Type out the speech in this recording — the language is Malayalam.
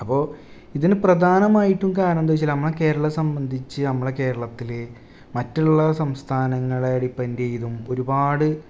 അപ്പോൾ ഇതിൽ പ്രധാനമായിട്ടും കാരണമെന്താ വെച്ചാൽ ഞമ്മളെ കേരളത്തെ സംബന്ധിച്ച് നമ്മളെ കേരളത്തിൽ മറ്റുള്ള സംസ്ഥാനങ്ങളെ ഡിപ്പെൻഡ് ചെയ്തും ഒരുപാട്